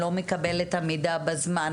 לא מקבל את המידע בזמן,